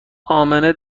امنه